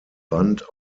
band